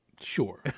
Sure